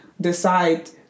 decide